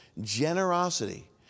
generosity